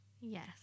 Yes